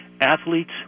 athletes